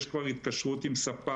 יש כבר התקשרות עם ספק.